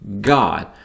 God